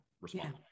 respond